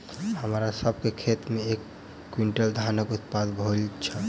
हमरा सभ के खेत में एक क्वीन्टल धानक उत्पादन होइत अछि